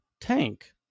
tank